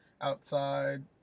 outside